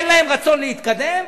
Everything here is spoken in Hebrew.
אין להם רצון להתקדם?